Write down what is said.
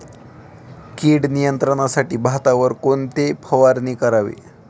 कीड नियंत्रणासाठी भातावर कोणती फवारणी करावी?